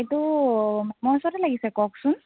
এইটো লাগিছে কওকচোন